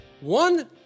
one